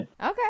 Okay